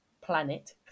planet